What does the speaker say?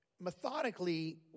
methodically